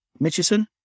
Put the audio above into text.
Mitchison